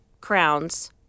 crowns